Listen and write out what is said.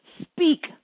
Speak